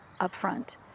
upfront